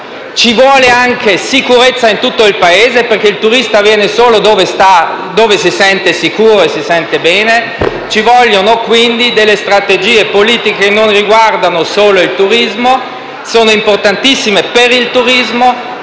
ci vuole anche sicurezza in tutto il Paese, perché il turista viene solo dove si sente sicuro e si sente bene. Ci vogliono quindi strategie politiche che non riguardino solo il turismo; queste sono importantissime per il turismo,